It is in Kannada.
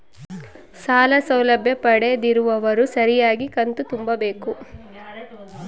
ಸಾಲ ಸೌಲಭ್ಯ ಪಡೆದಿರುವವರು ಸರಿಯಾಗಿ ಕಂತು ತುಂಬಬೇಕು?